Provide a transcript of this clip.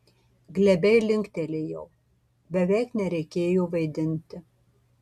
glebiai linktelėjau beveik nereikėjo vaidinti